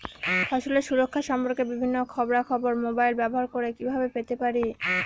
ফসলের সুরক্ষা সম্পর্কে বিভিন্ন খবরা খবর মোবাইল ব্যবহার করে কিভাবে পেতে পারি?